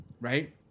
right